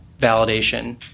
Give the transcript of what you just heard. validation